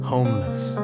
Homeless